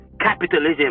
capitalism